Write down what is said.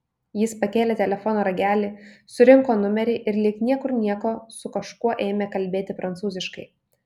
jis pakėlė telefono ragelį surinko numerį ir lyg niekur nieko su kažkuo ėmė kalbėti prancūziškai